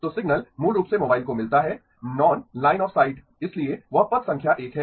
तो सिग्नल मूल रूप से मोबाइल को मिलता है नॉन लाइन ऑफ साइट इसलिए वह पथ संख्या 1 है